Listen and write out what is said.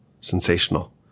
sensational